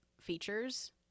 features